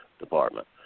Department